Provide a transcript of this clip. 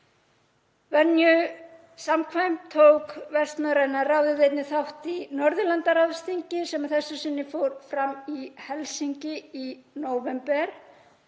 Venju samkvæmt tók Vestnorræna ráðið einnig þátt í Norðurlandaráðsþinginu sem að þessu sinni fór fram í Helsinki í nóvember.